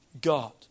God